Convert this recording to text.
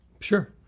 Sure